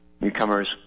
Newcomers